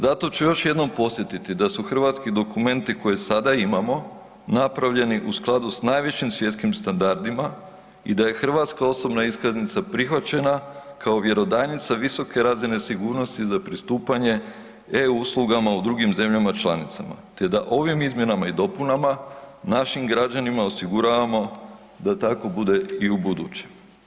Zato ću još jednom podsjetiti da su hrvatski dokumenti koje sada imamo napravljeni u skladu s najvišim svjetskim standardima i da je hrvatska osobna iskaznica prihvaćena kao vjerodajnica visoke razine sigurnosti za pristupanje e-uslugama u drugim zemljama članicama, te da ovim izmjenama i dopunama našim građanima osiguravamo da tako bude i ubuduće.